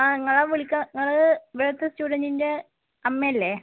ആ നിങ്ങളെ വിളിക്കാൻ നിങ്ങൾ ഇവിടുത്തെ സ്റ്റുഡൻറിൻ്റെ അമ്മയല്ലേ